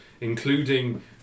including